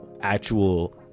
actual